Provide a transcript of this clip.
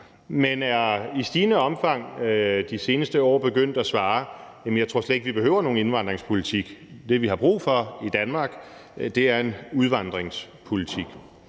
jeg er i stigende omfang de seneste år begyndt at svare: Jeg tror slet ikke, vi behøver nogen indvandringspolitik; det, vi har brug for i Danmark, er en udvandringspolitik.